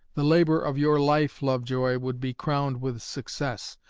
the labor of your life, lovejoy, would be crowned with success.